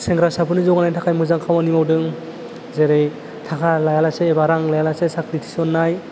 सेंग्रासाफोरनि जौगानायनि थाखाय मोजां खामानि मावदों जेरै थाखा लायालासे एबा रां लायालासे साख्रि थिसन्नाय